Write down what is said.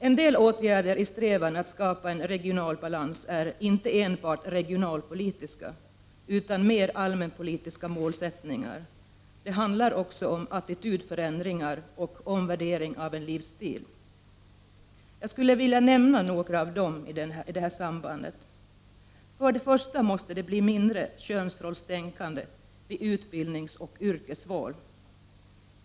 En del åtgärder i strävandena att skapa regional balans bygger inte enbart på regionalpolitiska utan även på mer allmänpolitiska målsättningar. Det handlar också om attitydförändringar och omvärdering av en livsstil. Här kan nämnas några: För det första måste det bli mindre könsrollstänkande vid utbildningsoch yrkesval.